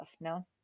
no